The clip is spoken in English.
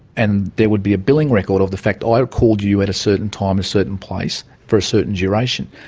and there would be a billing record of the fact i called you at a certain time at a certain place for a certain duration.